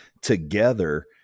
together